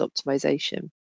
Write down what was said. optimization